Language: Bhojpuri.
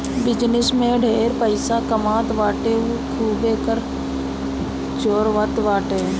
बिजनेस में जे ढेर पइसा कमात बाटे उ खूबे कर चोरावत बाटे